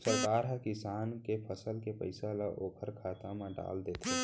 सरकार ह किसान के फसल के पइसा ल ओखर खाता म डाल देथे